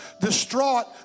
distraught